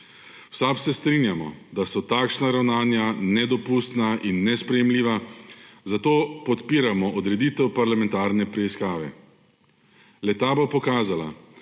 V SAB se strinjamo, da so takšna ravnanja nedopustna in nesprejemljiva, zato podpiramo odreditev parlamentarne preiskave. Le-ta bo pokazala,